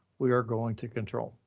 we are going to control,